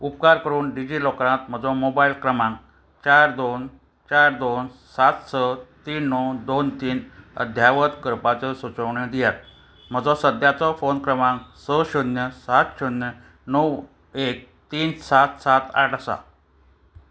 उपकार करून डिजिलॉकरांत म्हजो मोबायल क्रमांक चार दोन चार दोन सात स तीन णव दोन तीन अध्यावत करपाच्यो सुचवण्यो दियात म्हजो सद्याचो फोन क्रमांक स शुन्य सात शुन्य णव एक तीन सात सात आठ आसा